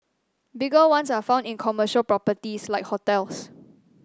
bigger ones are found in commercial properties like hotels